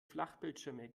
flachbildschirme